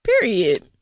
Period